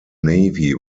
navy